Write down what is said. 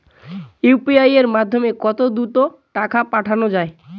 UPI এর মাধ্যমে কত দ্রুত টাকা পাঠানো যায়?